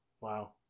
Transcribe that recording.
Wow